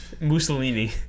Mussolini